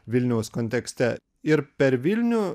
vilniaus kontekste ir per vilnių